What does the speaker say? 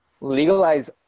Legalize